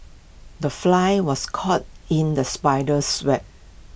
the fly was caught in the spider's web